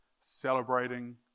celebrating